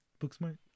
Booksmart